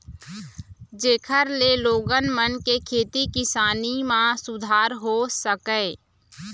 जेखर ले लोगन मन के खेती किसानी म सुधार हो सकय